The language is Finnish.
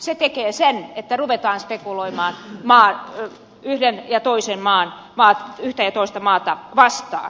se tekee sen että ruvetaan spekuloimaan yhtä ja toista maata vastaan